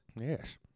Yes